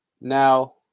Now